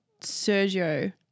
Sergio